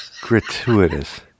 Gratuitous